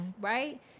right